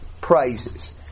praises